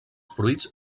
fruits